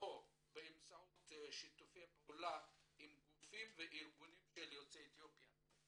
ו/או באמצעות שיתופי פעולה עם גופים וארגונים של יוצאי אתיופיה.